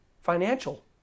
financial